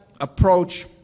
approach